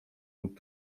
lub